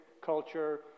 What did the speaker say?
culture